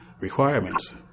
requirements